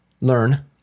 learn